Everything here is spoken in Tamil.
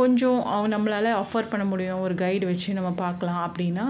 கொஞ்சம் அவன் நம்மளால் ஆஃபர் பண்ணமுடியும் ஒரு கைடு வச்சு நம்ம பார்க்கலாம் அப்படினா